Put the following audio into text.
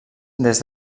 des